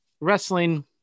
wrestling